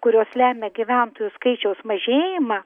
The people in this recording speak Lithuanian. kurios lemia gyventojų skaičiaus mažėjimą